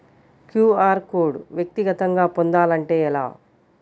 QR code వ్యక్తిగతంగా పొందాలంటే ఎలా?